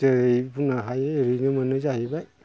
जेरै बुंनो हायो एरैनो मोनो जाहैबाय